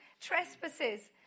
Trespasses